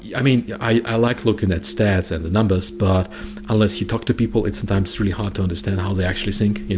i mean, i like looking at stats and the numbers, but unless you talk to people it's sometimes really hard to understand how they actually think, y'know?